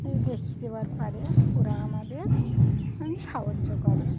দেখিয়ে দেওয়া পরে ওরা আমাদের মানে সাহায্য করে